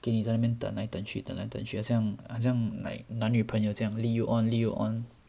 给你在那边等来等去等来等去好像好像 like 男女朋友这样 lead you on lead you on